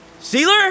Sealer